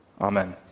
Amen